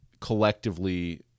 Collectively